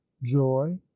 joy